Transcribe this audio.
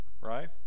right